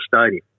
Stadium